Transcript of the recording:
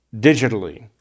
digitally